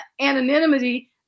anonymity